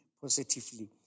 positively